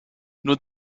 nur